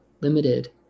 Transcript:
limited